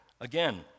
Again